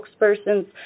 spokespersons